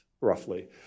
roughly